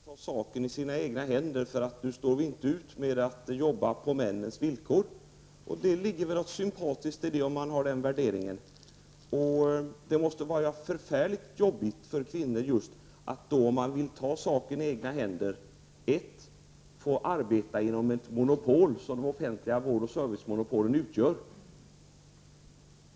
Herr talman! Maggi Mikaelsson säger att kvinnorna nu måste ta saken i sina egna händer, för de står inte ut med att jobba på männens villkor. Det ligger någonting sympatiskt i den värderingen. Det måste vara förfärligt jobbigt för kvinnor som vill ta saken i egna händer att få arbeta inom det monopol som offentlig vård och service utgör.